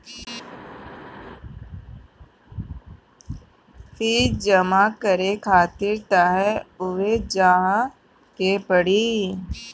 fees जमा करे खातिर तअ उहवे जाए के पड़ी